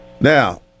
Now